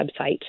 website